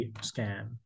scan